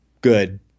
good